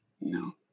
No